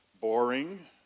boring